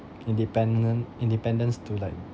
independent independence to like